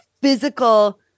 physical